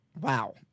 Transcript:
Wow